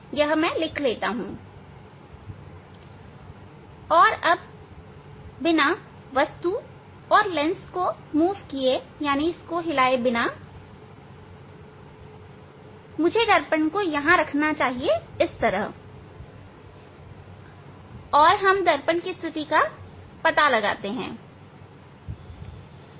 यह मैं लिख लेता हूं और अब बिना वस्तु और लेंस को हिलाए डोलाए अब मुझे दर्पण को यहां रखना चाहिए और दर्पण की स्थिति का पता लगाना चाहिए